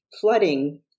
flooding